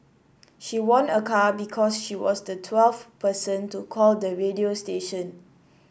she won a car because she was the twelfth person to call the radio station